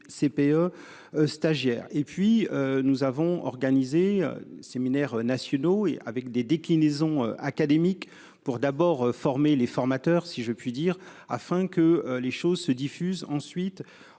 CPE stagiaire et puis nous avons organisé séminaires nationaux et avec des déclinaisons académique pour d'abord former les formateurs, si je puis dire, afin que les choses se diffuse ensuite